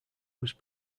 was